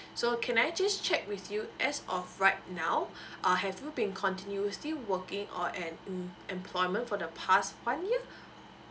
okay so can I just check with you as of right now uh have you been continue still working or an um employment for the past one year